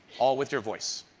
all with your voice.